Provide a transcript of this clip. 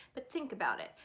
but think about it.